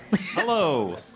Hello